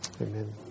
Amen